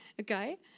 Okay